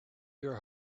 your